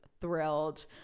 thrilled